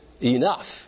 enough